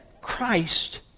Christ